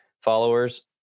followers